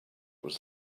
was